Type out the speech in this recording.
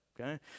okay